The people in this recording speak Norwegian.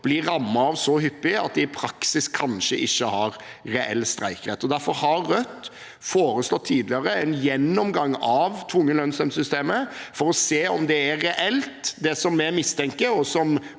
blir rammet av så hyppig at de i praksis kanskje ikke har reell streikerett. Derfor har Rødt tidligere foreslått en gjennomgang av tvungen lønnsnemnd-systemet, for å se om det er reelt det som vi mistenker og